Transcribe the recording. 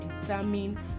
determine